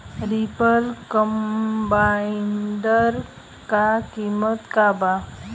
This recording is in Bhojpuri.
रिपर कम्बाइंडर का किमत बा?